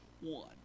one